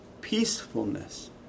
peacefulness